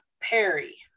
Perry